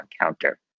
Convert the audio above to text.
encounter